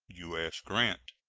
u s. grant.